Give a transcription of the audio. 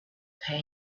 pay